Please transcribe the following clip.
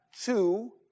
two